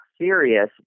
serious